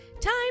time